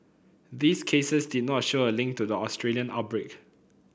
these cases did not show a link to the Australian outbreak